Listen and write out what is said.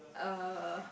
uh